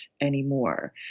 anymore